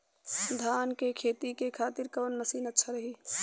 धान के खेती के खातिर कवन मशीन अच्छा रही?